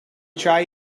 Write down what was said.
try